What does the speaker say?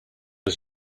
was